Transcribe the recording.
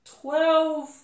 twelve